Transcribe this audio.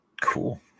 Cool